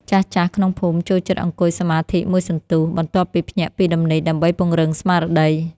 ចាស់ៗក្នុងភូមិចូលចិត្តអង្គុយសមាធិមួយសន្ទុះ បន្ទាប់ពីភ្ញាក់ពីដំណេកដើម្បីពង្រឹងស្មារតី។